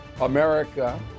America